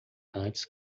antes